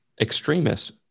extremists